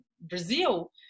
Brazil